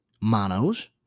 monos